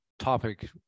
topic